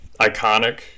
iconic